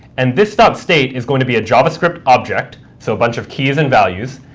and this state is going to be a javascript object, so a bunch of keys and values,